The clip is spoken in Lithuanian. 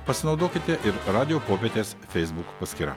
pasinaudokite ir radijo popietės feisbuk paskyra